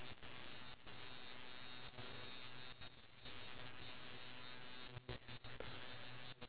I feel like planning is very important so in order for you to have balance in your life